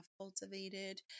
cultivated